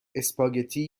اسپاگتی